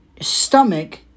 Stomach